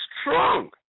strong